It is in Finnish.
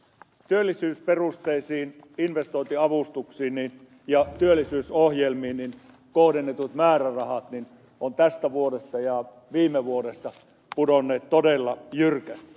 työllisyysperusteisiin investointiavustuksiin ja työllisyysohjelmiin kohdennetut määrärahat ovat tästä vuodesta ja viime vuodesta pudonneet todella jyrkästi